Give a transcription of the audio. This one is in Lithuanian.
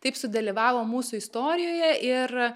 taip sudalyvavo mūsų istorijoje ir